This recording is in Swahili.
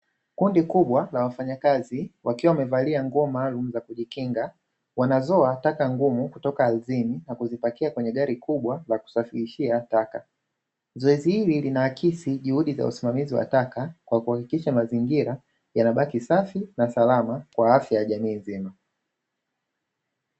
Kundi kubwa la wafanyakazi wakiwa wamevalia nguo maalumu za kujikinga, wanazoa taka ngumu kutoka ardhini na kuzipakia kwenye gari kubwa la kusafirisha taka. Zoezi hili linaaksi juhudi za usimamizi wa taka kwa kuhakikisha mazingira yanabaki safi na salama kwa afya ya jamii nzima.